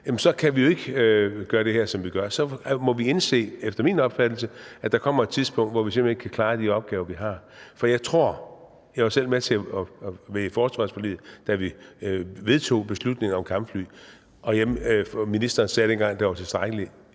– kan vi jo ikke gøre det her, som vi gør, så må vi efter min opfattelse indse, at der kommer et tidspunkt, hvor vi simpelt hen ikke kan klare de opgaver, vi har. Jeg var selv med i forsvarsforliget, da vi vedtog beslutningen om kampfly, og ministeren sagde dengang, at der var tilstrækkeligt.